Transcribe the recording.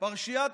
פרשיית